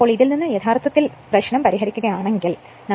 അതിനാൽ ഇതിൽ നിന്ന് യഥാർത്ഥത്തിൽ പരിഹരിക്കുകയാണെങ്കിൽ നമുക്ക് V 350